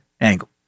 angle